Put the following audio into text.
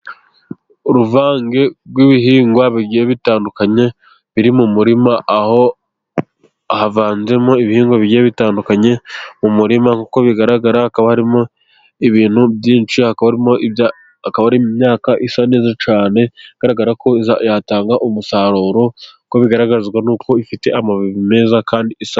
Uruvange rw'ibihingwa bigiye bitandukanye biri mu murima, aho havanzemo ibihingwa bigiye bitandukanye mu murima, nk'uko bigaragara hakaba harimo ibintu byinshi hakaba harimo imyaka isa neza cyane, igaragara ko yatanga umusaruro nk'uko bigaragazwa n'uko ifite amababi meza kandi isa....